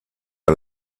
out